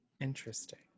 Interesting